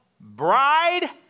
bride